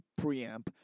preamp